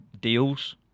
deals